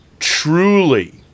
Truly